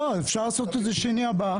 לא, אפשר לעשות את זה שני הבא.